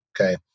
okay